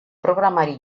programari